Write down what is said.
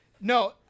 No